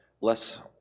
less